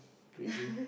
crazy